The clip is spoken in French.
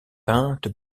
peinte